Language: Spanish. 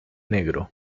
negro